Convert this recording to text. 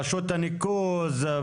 רשות הניקוז,